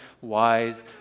wise